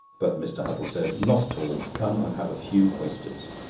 but mr. huttle said not at all come and have a few oysters.